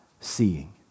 seeing